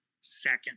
second